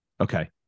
Okay